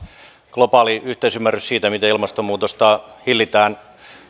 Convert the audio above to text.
globaali yhteisymmärrys siitä miten ilmastonmuutosta hillitään